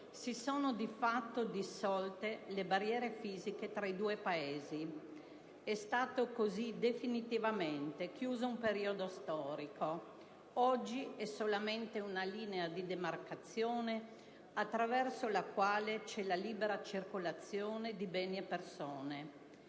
si sono di fatto dissolte le barriere fisiche tra i due Paesi. È stato così definitivamente chiuso un periodo storico. Oggi tale confine è solamente una linea di demarcazione, attraverso la quale c'è la libera circolazione di beni e persone.